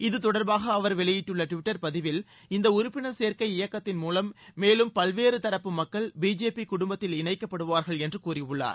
இதுதொடர்பாக அவர் வெளியிட்டுள்ள ட்விட்டர் பதிவில் இந்த உறுப்பினர் சேர்க்கை இயக்கத்தின் மூலம் மேலும் பல்வேறு தரப்பு மக்கள் பிஜேபி குடும்பத்தில் இணைக்கப்படுவார்கள் என்று கூறியுள்ளார்